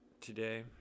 today